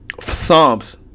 Psalms